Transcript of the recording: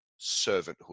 servanthood